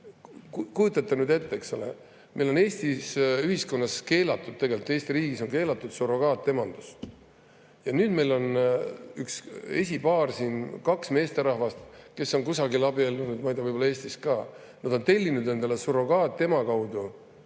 Kujutate ette, eks ole, meil on Eesti ühiskonnas, Eesti riigis on keelatud surrogaatemadus. Ja nüüd meil on üks esipaar, kaks meesterahvast, kes on kusagil abiellunud – ma ei tea, võib‑olla ka Eestis – ja nad on tellinud endale surrogaatema kaudu